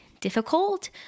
difficult